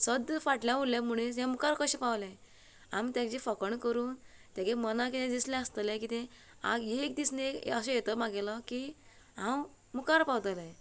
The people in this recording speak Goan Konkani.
सद्दां फाटल्यान उरलें मनीस हे मुखार कशें पावलें आमी तेची फकाणां करून तेगे मनांक कितें दिसलें आसतले कितें हांव एक दीस न्ही असो येतो मागेलो की हांव मुखार पावतलें